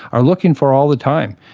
are looking for all the time.